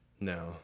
No